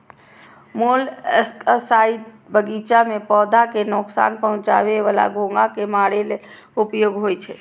molluscicides बगीचा मे पौधा कें नोकसान पहुंचाबै बला घोंघा कें मारै लेल उपयोग होइ छै